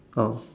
oh